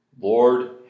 Lord